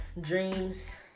dreams